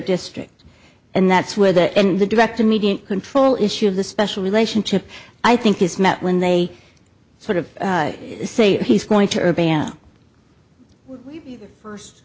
districts and that's where the in the direct immediate control issue of the special relationship i think is met when they sort of say he's going to abandon first